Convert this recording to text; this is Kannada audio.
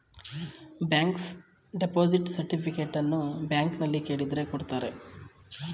ಬ್ಯಾಂಕ್ ಡೆಪೋಸಿಟ್ ಸರ್ಟಿಫಿಕೇಟನ್ನು ಬ್ಯಾಂಕ್ನಲ್ಲಿ ಕೇಳಿದ್ರೆ ಕೊಡ್ತಾರೆ